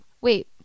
wait